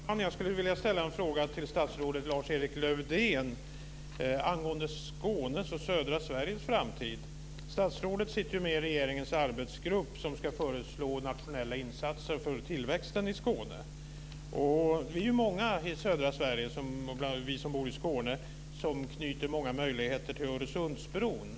Fru talman! Jag skulle vilja ställa en fråga till statsrådet Lars-Erik Lövdén angående Skånes och södra Sveriges framtid. Statsrådet sitter ju med i regeringens arbetsgrupp som ska föreslå nationella insatser för tillväxten i Skåne. Vi är många i södra Sverige, bl.a. vi som bor i Skåne, som knyter många möjligheter till Öresundsbron.